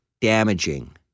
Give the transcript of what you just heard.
damaging